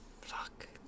Fuck